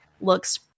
looks